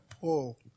pull